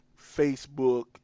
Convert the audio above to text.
Facebook